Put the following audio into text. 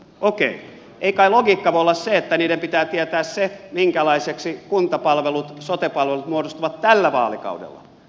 okei ei kai logiikka voi olla se että niiden pitää tietää se minkälaisiksi kuntapalvelut sote palvelut muodostuvat tällä vaalikaudella